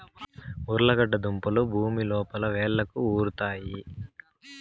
ఉర్లగడ్డ దుంపలు భూమి లోపల వ్రేళ్లకు ఉరుతాయి